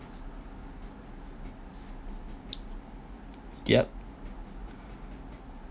yup